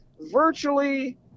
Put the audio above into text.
virtually